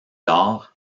lors